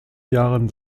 jahren